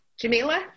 Jamila